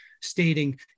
stating